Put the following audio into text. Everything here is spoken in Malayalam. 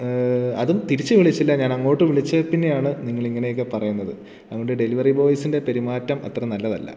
അതും തിരിച്ച് വിളിച്ചില്ല ഞാൻ അങ്ങോട്ട് വിളിച്ചേ പിന്നെ ആണ് നിങ്ങൾ ഇങ്ങനെ ഒക്കെ പറയുന്നത് അതുകൊണ്ട് ഡെലിവറി ബോയ്സിൻ്റെ പെരുമാറ്റം അത്ര നല്ലതല്ല